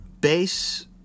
bass